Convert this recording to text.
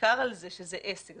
ניכר על זה שזה עסק,